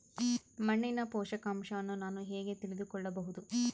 ಮಣ್ಣಿನ ಪೋಷಕಾಂಶವನ್ನು ನಾನು ಹೇಗೆ ತಿಳಿದುಕೊಳ್ಳಬಹುದು?